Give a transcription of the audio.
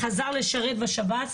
חזר לשרת בשב”ס,